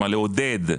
כלומר לעודד,